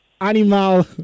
Animal